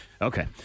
Okay